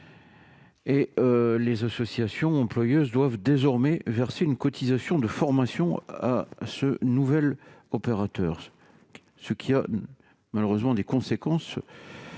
Les associations employeuses doivent désormais verser une cotisation de formation à ce nouvel opérateur, ce qui a malheureusement eu des conséquences